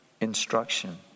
instruction